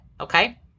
Okay